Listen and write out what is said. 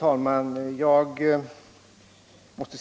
Herr talman!